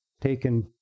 taken